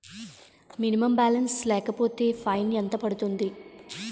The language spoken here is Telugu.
మినిమం బాలన్స్ లేకపోతే ఫైన్ ఎంత పడుతుంది?